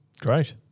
Great